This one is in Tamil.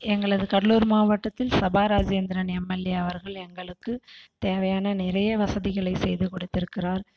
எங்களது கடலூர் மாவட்டத்தில் சபா ராஜேந்திரன் எம்எல்ஏ அவர்கள் எங்களுக்கு தேவையான நிறைய வசதிகளை செய்துக் கொடுத்திருக்கிறார்